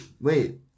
Wait